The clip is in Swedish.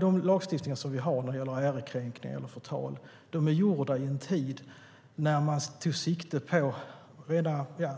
Den lagstiftning vi har när det gäller ärekränkning och förtal tillkom i en tid när man tog sikte på